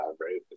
right